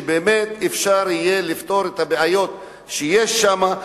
באמת אפשר יהיה לפתור את הבעיות שיש שם.